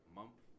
month